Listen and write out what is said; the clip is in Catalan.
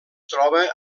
troba